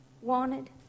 wanted